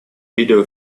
video